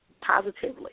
positively